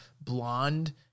blonde